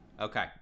okay